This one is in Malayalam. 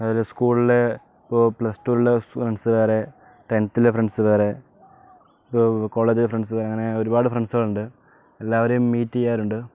അത് സ്കൂളിലെ ഇപ്പോൾ പ്ലസ് ടു ഉള്ള ഫ്രണ്ട്സ് വേറെ ടെൻത്തിലെ ഫ്രണ്ട്സ് വേറെ അപ്പോൾ കോളേജ് ഫ്രണ്ട്സ് വേറെ അങ്ങനെ ഒരുപാട് ഫ്രണ്ട്സ് ഉണ്ട് എല്ലാവരേയും മീറ്റ് ചെയ്യാറുണ്ട്